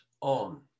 on